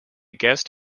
guest